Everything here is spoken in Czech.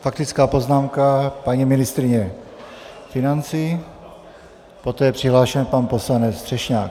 Faktická poznámka paní ministryně financí, poté je přihlášen pan poslanec Třešňák.